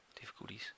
difficulties